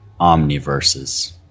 Omniverses